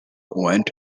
went